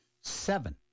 seven